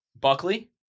Buckley